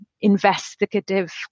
investigative